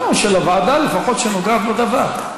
גם, לפחות של הוועדה שנוגעת בדבר.